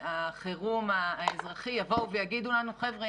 החירום האזרחי יבואו ויגידו לנו: חבר'ה,